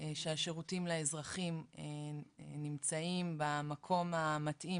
שהשירותים לאזרחים נמצאים במקום המתאים